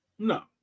No